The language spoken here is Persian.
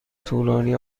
طولانی